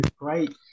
great